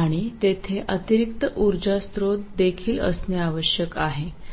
आणि तेथे अतिरिक्त उर्जा स्त्रोत देखील असणे आवश्यक आहे